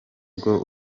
bwo